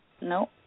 No